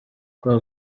kwa